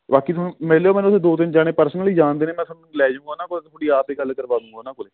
ਬਾਕੀ ਤੁਹਾਨੂੰ ਮਿਲ ਲਿਓ ਮੈਨੂੰ ਦੋ ਤਿੰਨ ਜਣੇ ਪਰਸਨਲੀ ਜਾਣਦੇ ਨੇ ਮੈਂ ਤੁਹਾਨੂੰ ਲੈ ਜੂੰਗਾ ਉਹਨਾ ਕੋਲ ਮੈਂ ਤੁਹਾਡੀ ਆਪੇ ਗੱਲ ਕਰਵਾ ਦੂੰਗਾ ਉਹਨਾਂ ਕੋਲੇ